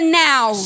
now